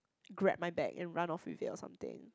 grab my bag and run off with it or something